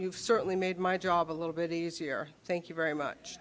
e certainly made my job a little bit easier thank you very much